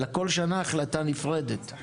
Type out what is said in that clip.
אלא החלטה נפרדת כל שנה.